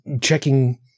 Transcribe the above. checking